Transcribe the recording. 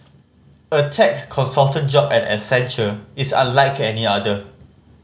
a tech consultant job at Accenture is unlike any other